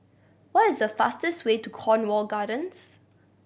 what is the fastest way to Cornwall Gardens